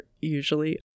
usually